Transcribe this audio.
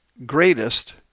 greatest